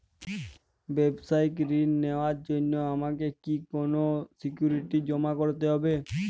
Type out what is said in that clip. ব্যাবসায়িক ঋণ নেওয়ার জন্য আমাকে কি কোনো সিকিউরিটি জমা করতে হবে?